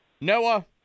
Noah